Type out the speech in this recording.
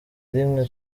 rimwe